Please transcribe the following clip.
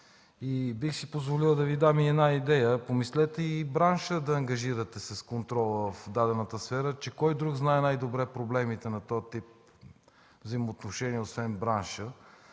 Бих си позволил да Ви дам и една идея. Помислете и бранша да ангажирате с контрола в дадената сфера. Че кой друг знае най-добре проблемите на този тип взаимоотношения, освен бранша?